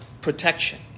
protection